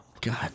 God